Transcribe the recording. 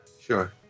Sure